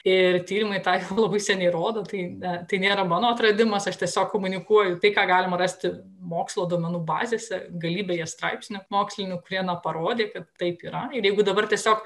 ir tyrimai tai labai seniai rodo tai bet tai nėra mano atradimas aš tiesiog komunikuoju tai ką galima rasti mokslo duomenų bazėse galybėje straipsnių mokslinių kurie na parodė kad taip yra ir jeigu dabar tiesiog